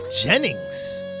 Jennings